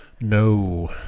No